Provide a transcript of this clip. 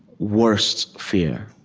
worst fear.